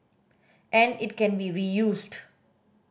and it can be reused